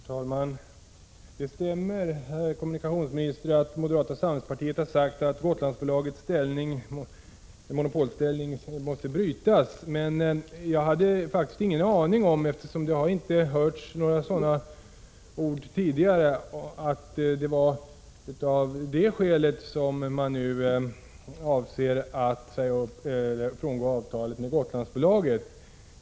Herr talman! Det stämmer, herr kommunikationsminister, att moderata samlingspartiet har sagt att Gotlandsbolagets monopolställning måste brytas. Men jag hade faktiskt ingen aning om att det var det som var skälet, eftersom det inte tidigare har hörts någonting om att det är därför man avser att frångå avtalet med Gotlandsbolaget.